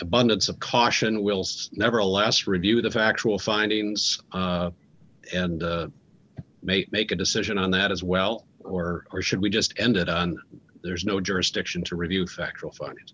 abundance of caution will never last reviewed the factual findings and may make a decision on that as well or or should we just ended on there is no jurisdiction to review factual f